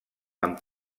amb